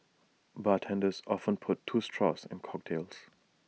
bartenders often put two straws in cocktails